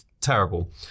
terrible